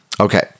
Okay